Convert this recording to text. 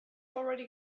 already